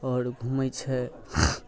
आओर घुमै छै